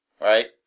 right